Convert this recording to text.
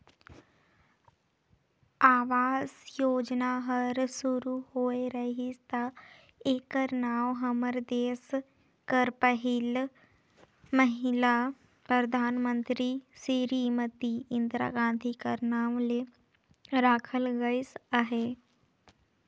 आवास योजना हर सुरू होए रहिस ता एकर नांव हमर देस कर पहिल महिला परधानमंतरी सिरीमती इंदिरा गांधी कर नांव ले राखल गइस अहे